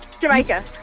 Jamaica